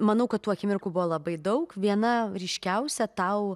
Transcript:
manau kad tų akimirkų buvo labai daug viena ryškiausia tau